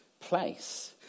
place